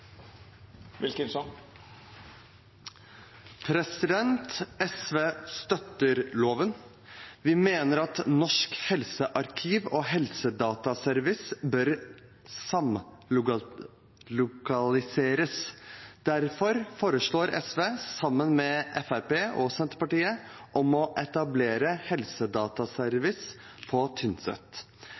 at Norsk helsearkiv og Helsedataservice bør samlokaliseres. Derfor foreslår SV, sammen med Fremskrittspartiet og Senterpartiet, å etablere Helsedataservice på